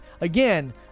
again